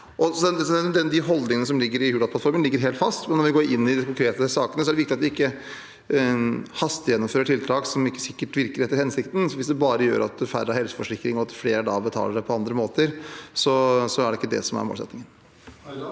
som ligger i Hurdalsplattformen, ligger helt fast. Når vi går inn i de konkrete sakene, er det viktig at vi ikke hastegjennomfører tiltak det ikke er sikkert virker etter hensikten. Hvis det bare gjør at færre har helseforsikring og at flere da betaler det på andre måter, er det ikke det som er målsettingen.